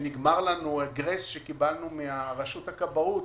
שנגמר לנו הגרייס שקיבלנו מרשות הכבאות